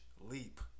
leap